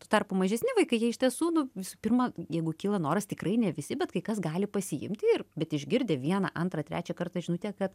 tuo tarpu mažesni vaikai jie iš tiesų nu visų pirma jeigu kyla noras tikrai ne visi bet kai kas gali pasiimti ir bet išgirdę vieną antrą trečią kartą žinutę kad